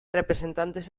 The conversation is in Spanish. representantes